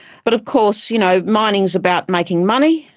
but of course you know mining's about making money,